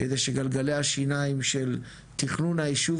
כדי שגלגלי השיניים של תכנון הישוב